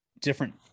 different